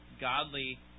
godly